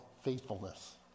faithfulness